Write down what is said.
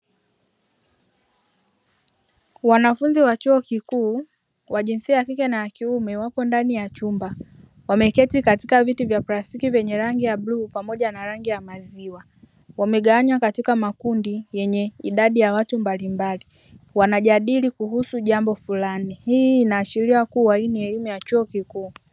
Wanafunzi wa chuo kikuu wa jinsia yakike na ya kiumee wapo ndani ya chumba wameketi katika viti vya plasitiki vyenye rangi ya buluu pamoja na rangi ya maziwa wamegawanywa katika makundi yenye idadi ya watu mbalimbali wanajadili kuhusu jambo fulani hii inashiria kuwa hii ni elimu ya chuo kikuu.